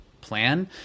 plan